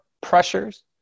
pressures